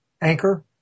anchor